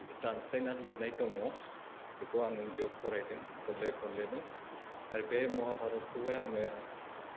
बे दानस्लायनानै लिरनाय दङ बेखौ आं उन्दैयाव फरायदों जे खनले खनलेनो आरो बे महाभारतखौहाय आङो